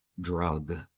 drug